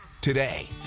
today